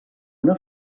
una